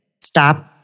Stop